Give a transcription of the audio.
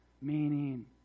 Meaning